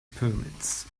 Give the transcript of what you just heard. pyramids